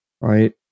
right